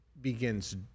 begins